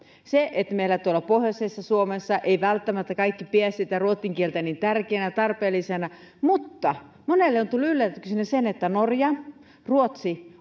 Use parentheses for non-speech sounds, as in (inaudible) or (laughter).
meillä tuolla pohjoisessa suomessa eivät välttämättä kaikki pidä sitä ruotsin kieltä niin tärkeänä ja tarpeellisena mutta monelle on tullut yllätyksenä se että norja ja ruotsi (unintelligible)